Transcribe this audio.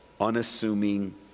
unassuming